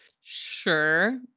Sure